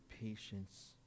patience